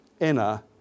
inner